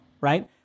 right